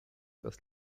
das